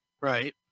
Right